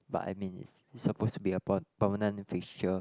but I mean it's it's supposed to be a per~ permanent fixture